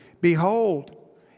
Behold